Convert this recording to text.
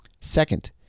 Second